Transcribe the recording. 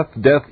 death